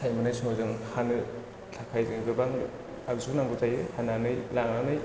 फिथाइ मोननाय समाव जों हानो थाखाय जों गोबां आगजु नांगौ जायो हानानै लानानै